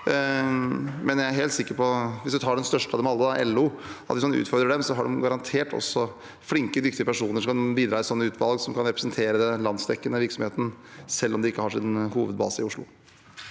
Jeg er helt sikker på at hvis man utfordrer den største av dem alle, LO, har de garantert også flinke, dyktige personer som kan bidra i sånne utvalg, som kan representere den landsdekkende virksomheten, selv om de ikke har sin hovedbase i Oslo.